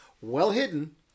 well-hidden